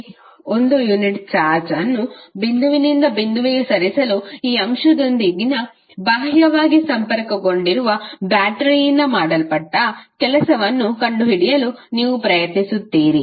1 unit charge ಅನ್ನು ಬಿಂದುವಿನಿಂದ ಬಿಂದುವಿಗೆ ಸರಿಸಲು ಈ ಅಂಶದೊಂದಿಗೆ ಬಾಹ್ಯವಾಗಿ ಸಂಪರ್ಕಗೊಂಡಿರುವ ಬ್ಯಾಟರಿಯಿಂದ ಮಾಡಲ್ಪಟ್ಟ ಕೆಲಸವನ್ನು ಕಂಡುಹಿಡಿಯಲು ನೀವು ಪ್ರಯತ್ನಿಸುತ್ತೀರಿ